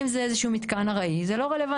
אם זה איזה שהוא מתקן ארעי זה לא רלוונטי.